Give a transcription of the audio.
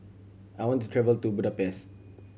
I want to travel to Budapest